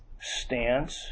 stance